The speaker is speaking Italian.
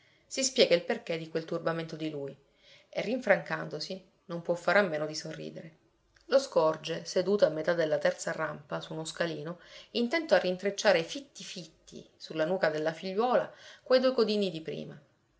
si spiega il perché di quel turbamento di lui e rinfrancandosi non può fare a meno di sorridere lo scorge seduto a metà della terza rampa su uno scalino intento a rintrecciare fitti fitti sulla nuca della figliuola quei due codini di prima